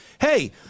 Hey